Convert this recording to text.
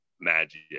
Magic